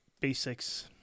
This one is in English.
basics